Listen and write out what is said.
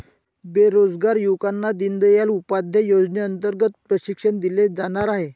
बेरोजगार युवकांना दीनदयाल उपाध्याय योजनेअंतर्गत प्रशिक्षण दिले जाणार आहे